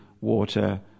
water